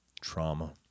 trauma